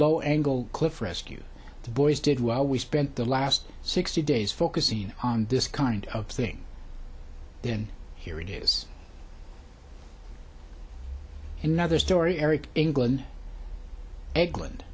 low angle cliff rescue the boys did well we spent the last sixty days focusing on this kind of thing and here it is another story eric england egland